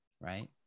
right